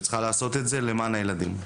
שצריכה לעשות את זה למען הילדים.